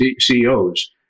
CEOs